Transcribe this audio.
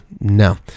no